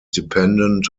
dependent